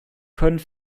können